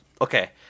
okay